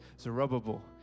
Zerubbabel